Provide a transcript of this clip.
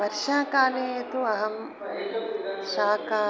वर्षाकाले तु अहं शाकान्